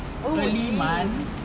oh gym